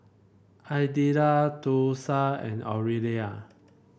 Idella Thursa and Orelia